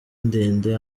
ndende